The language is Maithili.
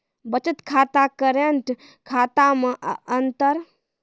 बचत खाता करेंट खाता मे अंतर?